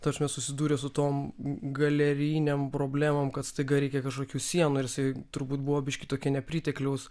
ta prasme susidūrė su tom galerijinėm problemom kad staiga reikia kažkokių sienų ir jisai turbūt buvo biškį tokio nepritekliaus